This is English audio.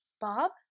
Bob